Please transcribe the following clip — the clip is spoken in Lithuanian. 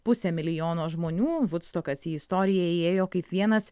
pusė milijono žmonių vudstokas į istoriją įėjo kaip vienas